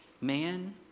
man